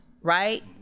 right